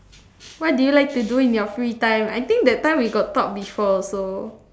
what do you like to do in your free time I think that time we got talk before also